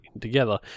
together